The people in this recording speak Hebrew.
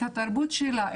את התרבות שלה,